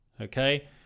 okay